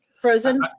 frozen